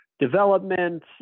Development